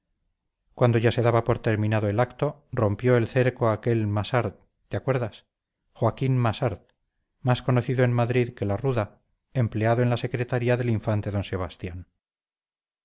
cuando ya se daba por terminado el acto rompió el cerco aquel massard te acuerdas joaquín massard más conocido en madrid que la ruda empleado en la secretaría del infante d sebastián